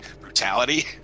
brutality